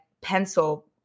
pencil